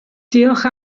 diolch